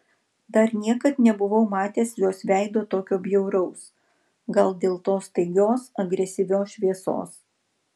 dar niekad nebuvau matęs jos veido tokio bjauraus gal dėl tos staigios agresyvios šviesos